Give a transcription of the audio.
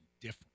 different